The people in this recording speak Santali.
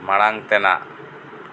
ᱢᱟᱲᱟᱝ ᱛᱮᱱᱟᱜ